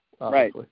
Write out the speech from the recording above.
Right